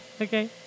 Okay